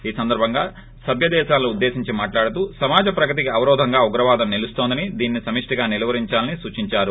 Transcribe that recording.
ఈ సందర్భంగా సభ్య దేశాలను ఉద్దేశించి మాట్లాడుతూ సమాజ ప్రగతికి అవరోధంగా ఉగ్రవాదం నిలుస్తోందని దీనిని సమిష్టిగా నిలువరించాలని సుచించారు